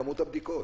כמות הבדיקות,